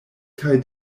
kaj